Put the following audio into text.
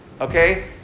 Okay